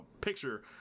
picture